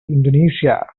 indonesia